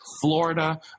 florida